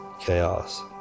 chaos